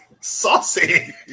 saucy